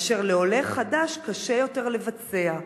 אשר לעולה חדש קשה יותר לבצע.